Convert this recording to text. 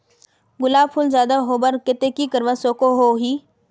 गुलाब फूल ज्यादा होबार केते की करवा सकोहो ही?